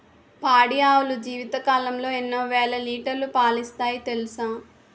పాడి ఆవులు జీవితకాలంలో ఎన్నో వేల లీటర్లు పాలిస్తాయి తెలుసా